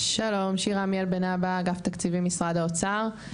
שלום, שירה עמיאל בן אבא, אגף תקציבים משרד האוצר.